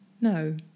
no